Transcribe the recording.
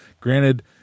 Granted